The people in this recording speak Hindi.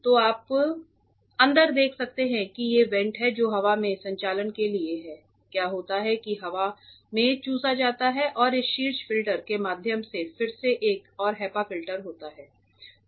तो आप अंदर देख सकते हैं कि ये वेंट हैं जो हवा के संचलन के लिए हैं क्या होता है कि हवा में चूसा जाता है और इस शीर्ष फ़िल्टर के माध्यम से फिर से एक और HEPA फिल्टर होता है